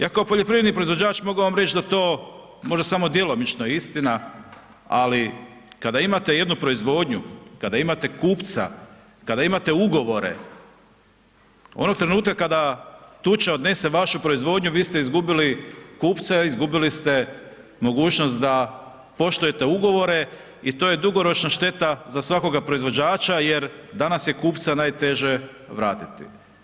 Ja kao poljoprivredni proizvođač mogu vam reć da to možda samo djelomično je istina, ali kada imate jednu proizvodnju, kada imate kupca, kada imate ugovore, onog trenutka kada tuča odnese vašu proizvodnju vi ste izgubili kupca, izgubili ste mogućnost da poštujete ugovore i to je dugoročna šteta za svakoga proizvođača jer danas je kupca najteže vratiti.